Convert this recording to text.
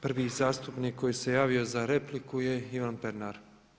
Prvi zastupnik koji se javio za repliku je Ivan Pernar.